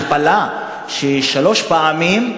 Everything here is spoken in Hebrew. הכפלה של שלוש פעמים,